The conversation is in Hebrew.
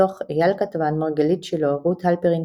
בתוך אייל כתבן, מרגלית שילה, רות הלפרין-קדרי,